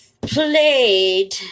Played